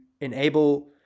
enable